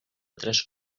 tres